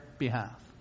behalf